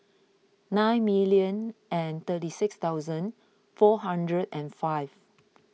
nine million and thirty six thousand four hundred and five